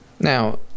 Now